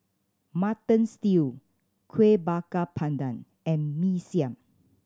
Mutton Stew Kueh Bakar Pandan and Mee Siam